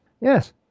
Yes